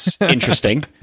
interesting